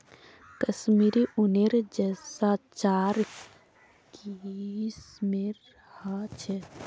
कश्मीरी ऊनेर रेशा चार किस्मेर ह छे